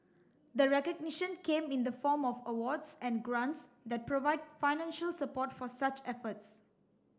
the recognition came in the form of awards and grants that provide financial support for such efforts